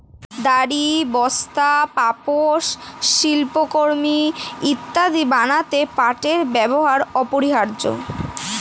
দড়ি, বস্তা, পাপোশ, শিল্পকর্ম ইত্যাদি বানাতে পাটের ব্যবহার অপরিহার্য